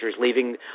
leaving